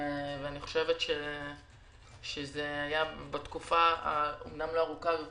ואני חושבת שזה היה בתקופה שהנושאים היו